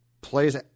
plays